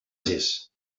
sis